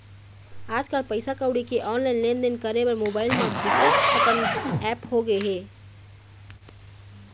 आजकल पइसा कउड़ी के ऑनलाईन लेनदेन करे बर मोबाईल म बिकट अकन ऐप होगे हे